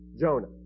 Jonah